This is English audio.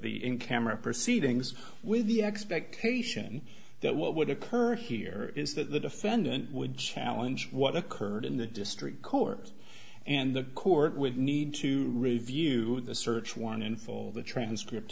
in camera proceedings with the expectation that what would occur here is that the defendant would challenge what occurred in the district court and the court would need to review the search warrant in full the transcript